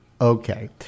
Okay